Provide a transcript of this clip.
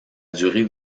durée